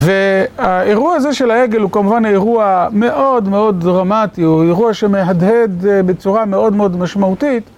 והאירוע הזה של העגל הוא כמובן אירוע מאוד מאוד דרמטי, הוא אירוע שמהדהד בצורה מאוד מאוד משמעותית.